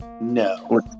No